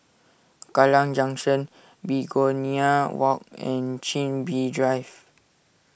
Kallang Junction Begonia Walk and Chin Bee Drive